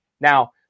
now